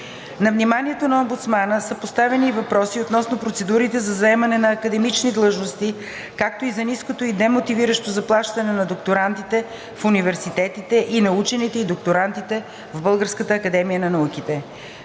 На вниманието на омбудсмана са поставени и въпроси относно процедурите за заемане на академични длъжности, както и за ниското и демотивиращо заплащане на докторантите в университетите и на учените и докторантите в Българската академия на науките.